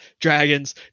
dragons